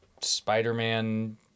Spider-Man